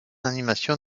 animation